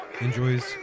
enjoys